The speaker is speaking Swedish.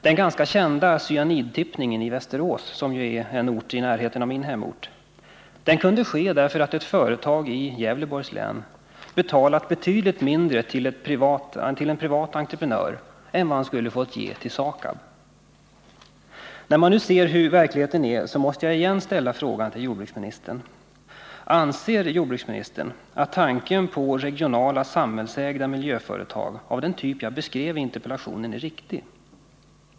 Den ganska kända cyanidtippningen i Västerås, som ju är en ort i närheten av min hemort, kunde ske därför att ett företag i Gävleborgs län betalade betydligt mindre till en privat entreprenör än vad han skulle ha fått ge till SAKAB. När man nu ser hur verkligheten är, måste jag ånyo ställa frågan: Anser jordbruksministern att tanken på regionala samhällsägda miljöföretag av den typ jag beskrev i interpellationen är riktig?